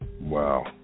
Wow